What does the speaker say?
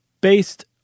based